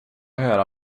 höra